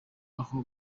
aho